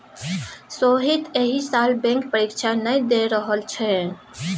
सोहीत एहि साल बैंक परीक्षा नहि द रहल छै